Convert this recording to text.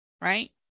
right